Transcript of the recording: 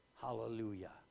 Hallelujah